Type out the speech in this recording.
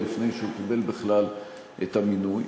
עוד לפני שהוא קיבל בכלל את המינוי.